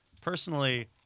Personally